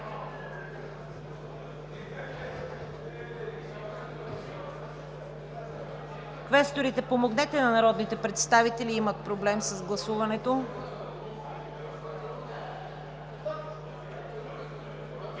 квесторите, помогнете на народните представители – имат проблем с гласуването.